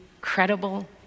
credible